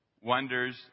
wonders